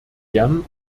gern